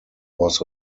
was